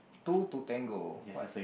two to tango but